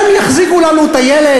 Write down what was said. הם יחזיקו לנו את הילד,